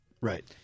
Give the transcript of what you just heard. Right